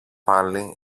πάλι